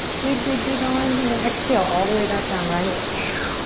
big, big, big arms and then exhale all the way back down right away.